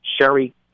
sherry